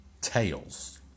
tails